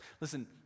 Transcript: Listen